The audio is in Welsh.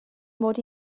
mod